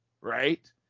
Right